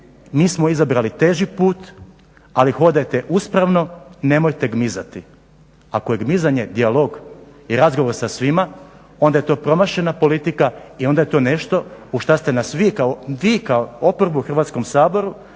mi smo izabrali teži put, ali hodajte uspravno, nemojte gmizati. Ako je gmizanje dijalog i razgovor sa svima, onda je to promašena politika i onda je to nešto u što ste nas vi kao oporbu u Hrvatskom saboru,